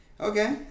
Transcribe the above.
Okay